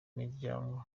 miryango